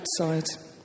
outside